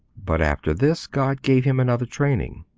but after this god gave him another training.